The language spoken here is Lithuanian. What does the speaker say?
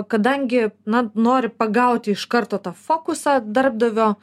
kadangi na nori pagauti iš karto tą fokusą darbdavio